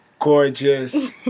gorgeous